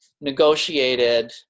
negotiated